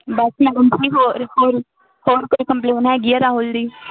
ਹੋਰ ਕੋਈ ਹੋਰ ਕੋਈ ਕੰਪਲੇਂਨ ਹੈਗੀ ਆ ਰਾਹੁਲ ਦੀ